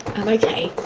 i'm okay.